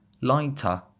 LIGHTER